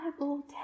Bible